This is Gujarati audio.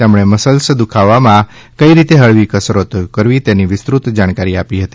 તેમણે મસલ્સ દુઃખાવામાં કંઈ રીતે હળવી કસરતો કરવી તે અંગે વિસ્તૃત જાણકારી આપી હતી